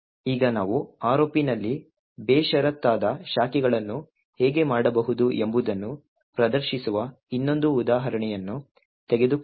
ಈಗ ನಾವು ROP ನಲ್ಲಿ ಬೇಷರತ್ತಾದ ಶಾಖೆಗಳನ್ನು ಹೇಗೆ ಮಾಡಬಹುದು ಎಂಬುದನ್ನು ಪ್ರದರ್ಶಿಸುವ ಇನ್ನೊಂದು ಉದಾಹರಣೆಯನ್ನು ತೆಗೆದುಕೊಳ್ಳೋಣ